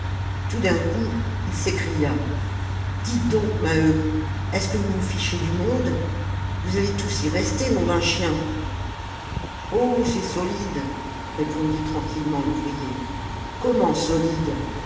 tout d'un coup il s'écria dites donc maheu est-ce que vous vous fichez du monde vous allez tous y rester nom d'un chien oh c'est solide répondit tranquillement l'ouvrier comment solide